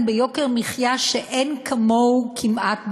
ביוקר מחיה שאין כמוהו כמעט בעולם.